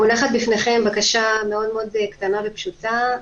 מונחת בפניכם בקשה מאוד מאוד קטנה ופשוטה,